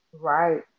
right